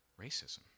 Racism